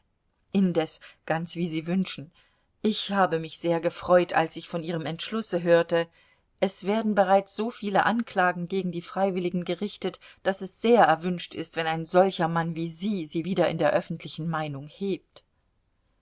indes ganz wie sie wünschen ich habe mich sehr gefreut als ich von ihrem entschlusse hörte es werden bereits so viele anklagen gegen die freiwilligen gerichtet daß es sehr erwünscht ist wenn ein solcher mann wie sie sie wieder in der öffentlichen meinung hebt